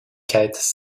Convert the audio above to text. quête